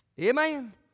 Amen